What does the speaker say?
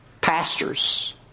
Pastors